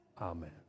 amen